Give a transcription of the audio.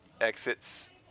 exits